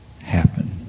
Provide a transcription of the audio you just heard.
happen